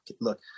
look